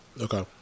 Okay